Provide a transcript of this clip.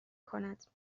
کند